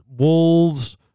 wolves